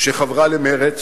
שחברה למרצ